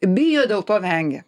bijo dėl to vengia